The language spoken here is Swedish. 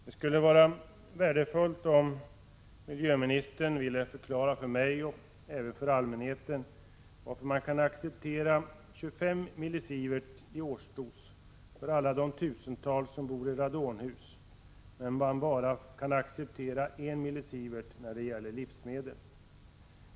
Det skulle vara värdefullt om miljöministern ville förklara för mig och även för allmänheten varför man kan acceptera 25 mSv i årsdos för alla de tusentals som bor i radonhus, medan man bara accepterar 1 mSv när det gäller livsmedel.